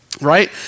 right